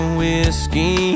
whiskey